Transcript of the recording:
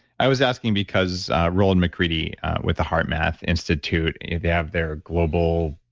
i was asking because roland mccready with the heartmath institute, they have their global,